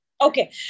Okay